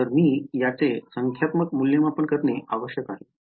तर मी याचे संख्यात्मक मूल्यमापन करणे आवश्यक आहे